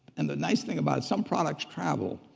and the nice thing about some products travel.